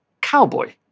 cowboy